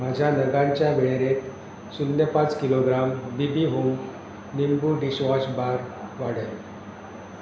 म्हज्या नगांच्या वेळेरेंत शंद्य पांच किलोग्राम बी बी होम लिंबू डिशवॉश बार वाडय